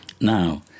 Now